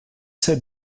sept